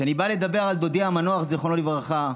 אני בא לדבר על דודי המנוח זיכרונו לברכה,